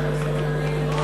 הראשיים לישראל)